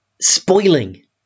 spoiling